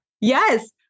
Yes